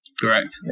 correct